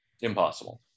Impossible